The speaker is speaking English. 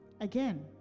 Again